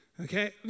okay